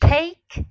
Take